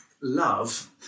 love